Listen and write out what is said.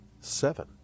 Seven